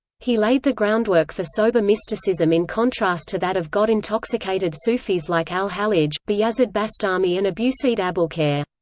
he laid the groundwork for sober mysticism in contrast to that of god-intoxicated sufis like al-hallaj, bayazid bastami and abusaeid abolkheir.